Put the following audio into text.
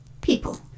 people